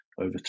over